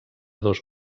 dos